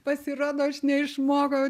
pasirodo aš neišmokau